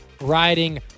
riding